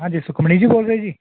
ਹਾਂਜੀ ਸੁਖਮਨੀ ਜੀ ਬੋਲ ਰਹੇ ਜੀ